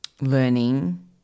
learning